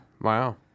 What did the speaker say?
Wow